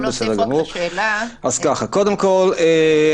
קודם כל,